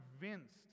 convinced